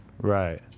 Right